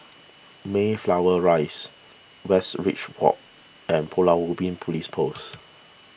Mayflower Rise Westridge Walk and Pulau Ubin Police Post